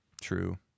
True